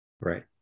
right